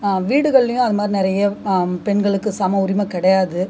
வீடுகள்லேயும் அது மாதிரி நிறைய பெண்களுக்கு சம உரிமை கிடையாது